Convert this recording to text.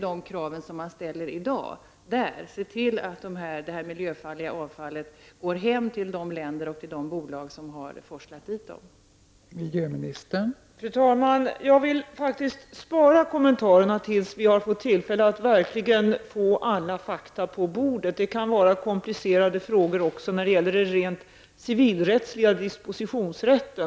De krav som man i Spanien nu ställer är att det miljöfarliga avfallet skall gå tillbaka till de länder och de bolag som har forslat dit tunnorna.